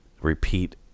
repeat